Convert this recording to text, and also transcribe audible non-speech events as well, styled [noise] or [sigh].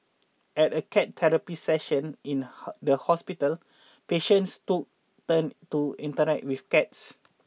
at a cat therapy session in [hesitation] the hospital patients took turns to interact with cats